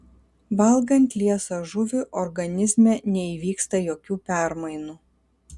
valgant liesą žuvį organizme neįvyksta jokių permainų